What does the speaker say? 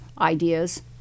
ideas